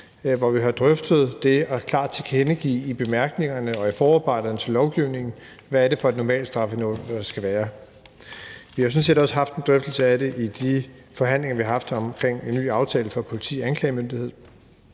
hvor vi har drøftet det klart at tilkendegive det i bemærkningerne og i forarbejderne til lovgivningen, hvad det er for et normalstrafniveau, der skal være. Vi har sådan set også haft en drøftelse af det i de forhandlinger, vi har haft omkring en ny aftale for politi og anklagemyndighed.